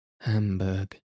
Hamburg